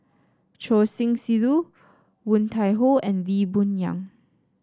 Choor Singh Sidhu Woon Tai Ho and Lee Boon Yang